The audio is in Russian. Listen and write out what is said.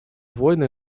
войны